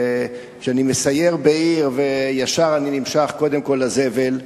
וכשאני מסייר בעיר וישר אני נמשך קודם כול לזבל,